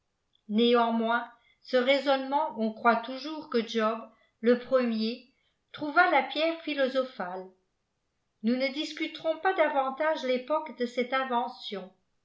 néanmoins ce raisonnement on crwt toujours que job le premier trouva la pierre philosophale nous neiscuterons pas davantage l'époquede cette invention